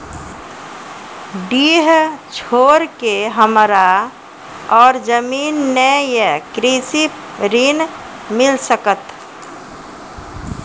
डीह छोर के हमरा और जमीन ने ये कृषि ऋण मिल सकत?